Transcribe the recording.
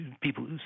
people